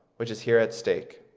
which is here at stake.